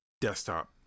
desktop